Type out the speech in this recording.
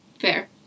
Fair